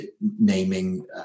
naming